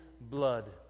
blood